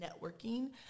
networking